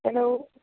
hello